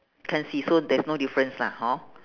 can't see so there's no difference lah hor